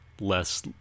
less